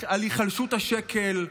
על היחלשות השקל?